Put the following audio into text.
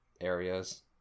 areas